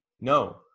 No